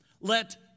let